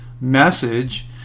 message